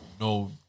no